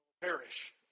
perish